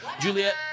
Juliet